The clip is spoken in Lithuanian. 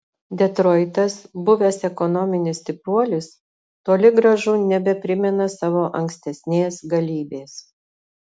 detroitas buvęs ekonominis stipruolis toli gražu nebeprimena savo ankstesnės galybės